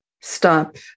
stop